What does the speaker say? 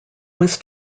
was